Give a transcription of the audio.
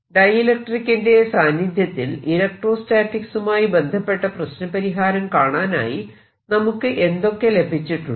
ഡൈഇലക്ട്രിക്കിന്റെ സാന്നിധ്യത്തിൽ ഇലക്ട്രോസ്റ്റാറ്റിക്സുമായി ബന്ധപ്പെട്ട പ്രശ്നപരിഹാരം കാണാനായി നമുക്ക് എന്തൊക്കെ ലഭിച്ചിട്ടുണ്ട്